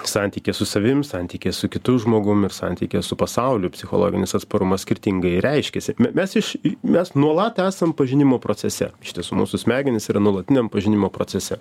santykyje su savim santykyje su kitu žmogum ir santykyje su pasauliu psichologinis atsparumas skirtingai reiškiasi mes iš mes nuolat esam pažinimo procese iš tiesų mūsų smegenys yra nuolatiniam pažinimo procese